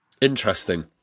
Interesting